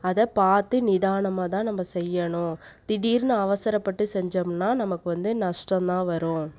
அத பார்த்து நிதானமாக தான் நம்ம செய்யணும் திடீர்னு அவசரப்பட்டு செஞ்சோம்ன்னா நமக்கு வந்து நஷ்டம் தான் வரும்